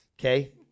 okay